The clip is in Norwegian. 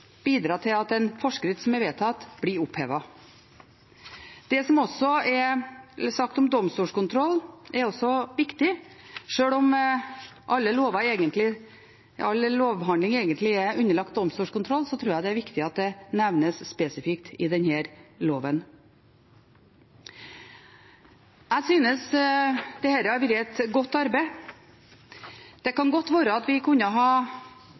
bidra til at en forskrift som er vedtatt, blir opphevet. Det som er sagt om domstolskontroll, er også viktig. Sjøl om all lovbehandling egentlig er underlagt domstolskontroll, tror jeg det er viktig at det nevnes spesifikt i denne loven. Jeg synes dette har vært et godt arbeid. Vi har ikke hatt all verdens tid, og det kan godt hende at vi